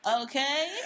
Okay